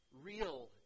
real